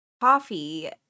coffee